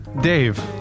Dave